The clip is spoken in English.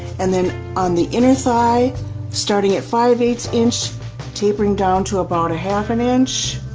and then on the inner thigh starting at five eighths inch tapering down to about a half an inch